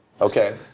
Okay